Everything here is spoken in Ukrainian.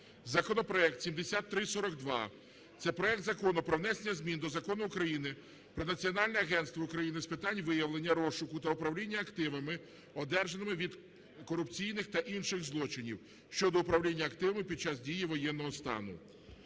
законопроект 7342. Це проект Закону про внесення змін до Закону України "Про Національне агентство України з питань виявлення, розшуку та управління активами, одержаними від корупційних та інших злочинів" щодо управління активами під час дії воєнного стану.